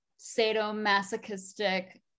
sadomasochistic